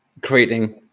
creating